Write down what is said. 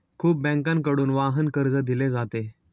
खूप बँकांकडून वाहन कर्ज दिले जाते